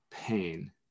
pain